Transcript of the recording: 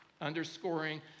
underscoring